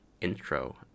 intro